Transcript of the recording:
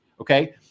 Okay